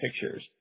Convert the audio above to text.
pictures